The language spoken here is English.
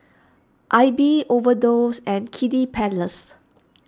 Aibi Overdose and Kiddy Palace